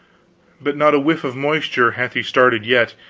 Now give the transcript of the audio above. but not a whiff of moisture hath he started yet,